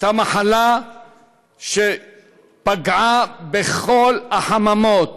הייתה מחלה שפגעה בכל החממות